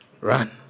run